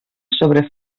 sobre